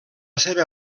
seva